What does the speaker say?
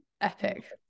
epic